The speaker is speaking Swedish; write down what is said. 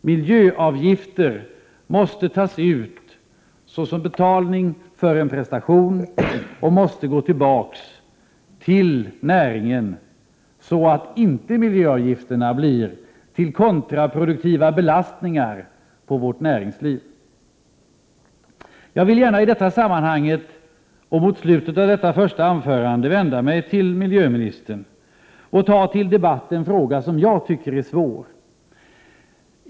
Miljöavgifter måste tas ut såsom betalning för en prestation och måste gå tillbaka till näringen, så att miljöavgifterna inte blir till kontraproduktiva belastningar på vårt näringsliv. Jag vill i detta sammanhang och mot slutet av detta första anförande gärna vända mig till miljöministern och ta upp till debatt en fråga som jag tycker är svår.